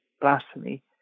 blasphemy